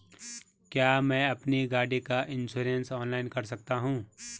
क्या मैं अपनी गाड़ी का इन्श्योरेंस ऑनलाइन कर सकता हूँ?